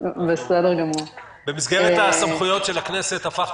התנאי שהכנסנו